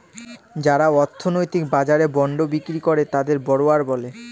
যারা অর্থনৈতিক বাজারে বন্ড বিক্রি করে তাকে বড়োয়ার বলে